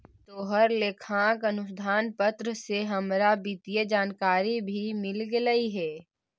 तोहर लेखांकन अनुसंधान पत्र से हमरा वित्तीय जानकारी भी मिल गेलई हे